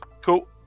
cool